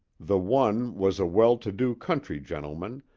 the one was a well-to do country gentleman,